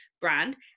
brand